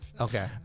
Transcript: Okay